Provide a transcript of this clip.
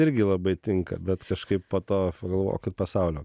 irgi labai tinka bet kažkaip po to pagalvojau kad pasaulio